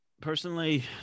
Personally